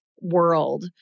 world